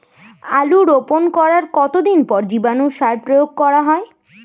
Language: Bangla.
আলু রোপণ করার কতদিন পর জীবাণু সার প্রয়োগ করা হয়?